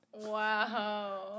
wow